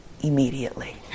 immediately